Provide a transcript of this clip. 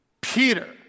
Peter